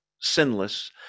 sinless